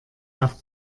auf